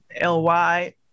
L-Y